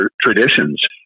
traditions